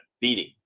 beating